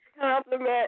compliment